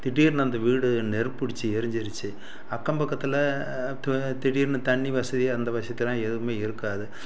திடீர்னு அந்த வீடு நெருப்பு பிடிச்சி எரிஞ்சிடுச்சு அக்கம் பக்கத்தில் அப்போ திடீர்னு தண்ணி வசதி அந்த வசதிலாம் எதுவுமே இருக்காது